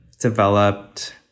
developed